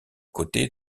côtés